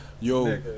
yo